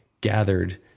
gathered